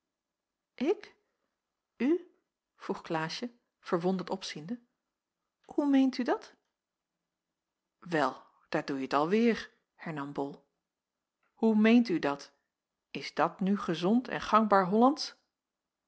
ik u vroeg klaasje verwonderd opziende hoe meent u dat wel daar doeje t alweêr hernam bol hoe meent u dat is dat nu gezond en gangbaar